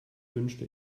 wünschte